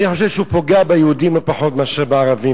אני חושב שהוא פוגע ביהודים לא פחות מאשר בערבים,